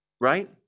right